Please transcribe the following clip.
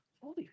holy